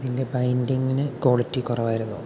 പിന്നെ ബൈൻഡിങ്ങിനു ക്വാളിറ്റി കുറവായിരുന്നു